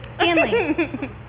Stanley